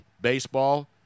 baseball